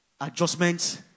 adjustments